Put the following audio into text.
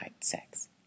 sex